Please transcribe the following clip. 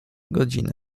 godzina